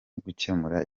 gukemura